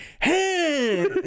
hey